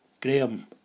Graham